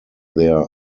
their